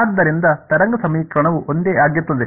ಆದ್ದರಿಂದ ತರಂಗ ಸಮೀಕರಣವು ಒಂದೇ ಆಗಿರುತ್ತದೆ